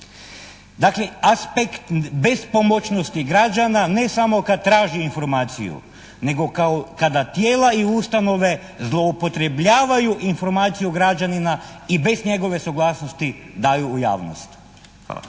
Dakle aspekt bespomoćnosti građana ne samo kad traži informaciju nego kao, kada tijela i ustanove zloupotrebljavaju informaciju građanina i bez njegove suglasnosti daju u javnost. Hvala.